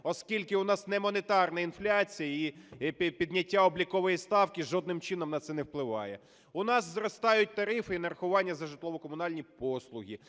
оскільки у нас немонетарна інфляція і підняття облікової ставки жодним чином на це не впливає. У нас зростають тарифи і нарахування за житлово-комунальні послуги.